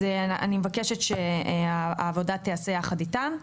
אז אני מבקשת שהעבודה תיעשה יחד איתם.